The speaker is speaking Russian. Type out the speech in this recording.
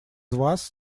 вас